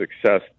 success